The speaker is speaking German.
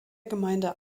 gemeinde